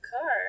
car